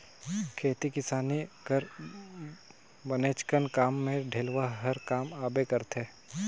खेती किसानी कर बनेचकन काम मे डेलवा हर काम आबे करथे